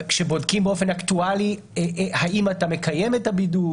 כשבודקים באופן אקטואלי האם אתה מקיים את הבידוד?